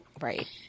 Right